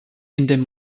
indem